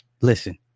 listen